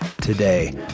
today